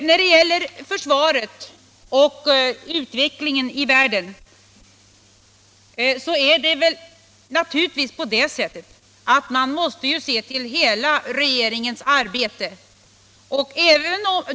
När det gäller försvaret och utvecklingen i världen måste man naturligtvis se till hela regeringens arbete.